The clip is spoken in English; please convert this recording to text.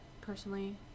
personally